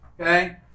okay